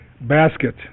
basket